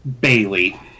Bailey